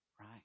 Right